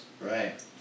right